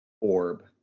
Orb